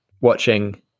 watching